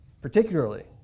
particularly